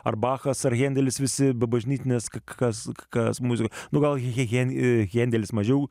ar bachas ar hendelis visi be bažnytinės kad kas kas muzika gal he hendelis mažiau